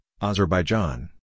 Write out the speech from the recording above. Azerbaijan